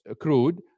crude